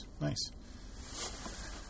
Nice